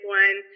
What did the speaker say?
one